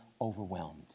overwhelmed